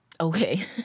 Okay